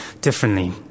differently